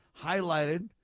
highlighted